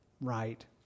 right